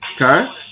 Okay